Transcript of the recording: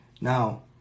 Now